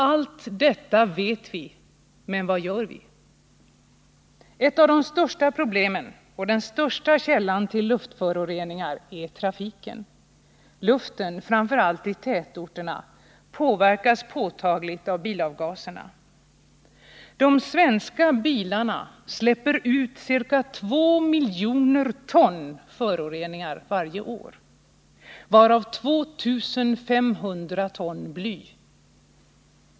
Allt detta vet vi, men vad gör vi? Ett av de största problemen och den största källan till luftföroreningar är trafiken. Luften framför allt i tätorterna påverkas påtagligt av bilavgaserna. De svenska bilarna släpper ut ca 2 miljoner ton föroreningar varje år, varav 117 2500 ton bly.